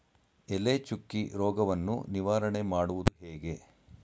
ಎಲೆ ಚುಕ್ಕಿ ರೋಗವನ್ನು ನಿವಾರಣೆ ಮಾಡುವುದು ಹೇಗೆ?